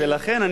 ולכן,